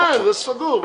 כן, זה סגור.